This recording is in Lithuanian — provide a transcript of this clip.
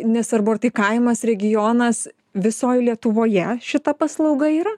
nesvarbu ar tai kaimas regionas visoj lietuvoje šita paslauga yra